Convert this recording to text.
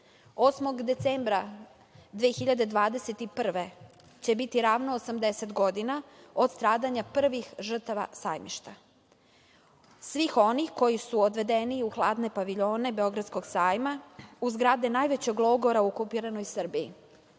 decembra 2021. godine će biti ravno 80 godina od stradanja prvih žrtava „Sajmišta“, svih onih koji su odvedeni u hladne paviljone Beogradskog sajma, u zgrade najvećeg logora u okupiranoj Srbiji.